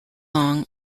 long